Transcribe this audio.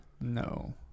No